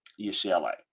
UCLA